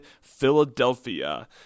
Philadelphia